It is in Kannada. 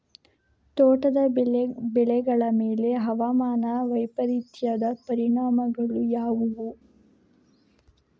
ತೋಟದ ಬೆಳೆಗಳ ಮೇಲೆ ಹವಾಮಾನ ವೈಪರೀತ್ಯದ ಪರಿಣಾಮಗಳು ಯಾವುವು?